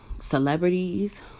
celebrities